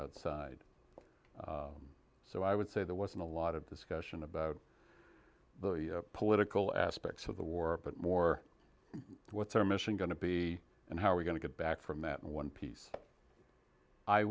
outside so i would say there wasn't a lot of discussion about the political aspects of the war but more what's our mission going to be and how we're going to get back from that one piece i